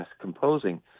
composing